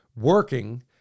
working